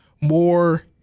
more